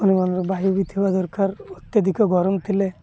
ନରମ ବାୟୁ ବି ଥିବା ଦରକାର ଅତ୍ୟଧିକ ଗରମ ଥିଲେ